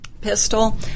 pistol